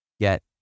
get